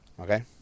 Okay